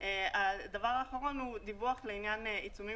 הדבר האחרון הוא דיווח לעניין עיצומים